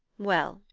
well,